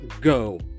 go